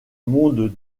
monde